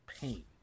pain